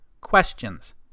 questions